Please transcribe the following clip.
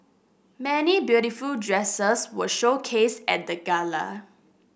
many beautiful dresses were showcased at the gala